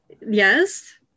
yes